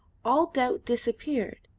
all doubt disappeared,